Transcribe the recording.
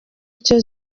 icyo